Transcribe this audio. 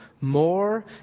more